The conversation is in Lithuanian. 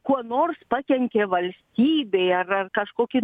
kuo nors pakenkė valstybei ar ar kažkokį